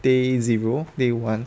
day zero day one